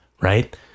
right